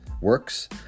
works